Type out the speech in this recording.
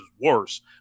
worse